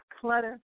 Clutter